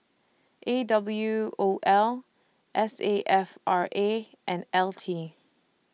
A W O L S A F R A and L T